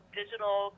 digital